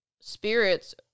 spirits